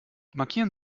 markieren